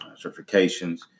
certifications